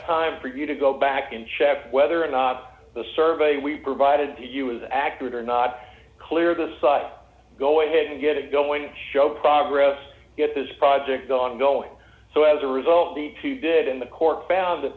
time for you to go back and check whether or not the survey we provided to you is accurate or not clear the site go ahead and get it going to show progress get this project ongoing so as a result the two did in the court found